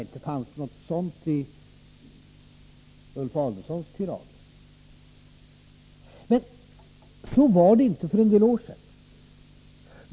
Inte fanns det något sådant i Ulf Adelsohns tirader. Så var det inte för en del år sedan.